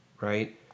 right